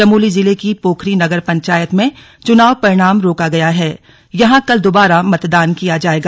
चमोली जिले की पोखरी नगर पंचायत में चुनाव परिणाम रोका गया है यहां कल दोबारा मतदान किया जाएगा